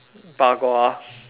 bak kwa